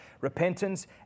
repentance